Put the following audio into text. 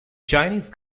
chinese